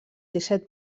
disset